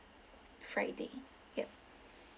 friday yup